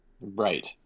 right